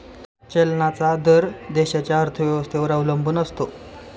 चलनाचा दर देशाच्या अर्थव्यवस्थेवर अवलंबून असतो